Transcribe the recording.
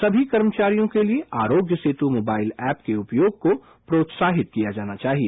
सभी कर्मचारियों के लिए आरोग्य सेतु मोबाइल ऐप के उपयोग को प्रोत्साहित किया जाना चाहिए